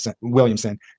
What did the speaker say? Williamson